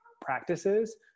practices